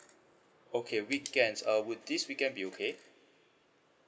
okay weekends uh would this weekend be okay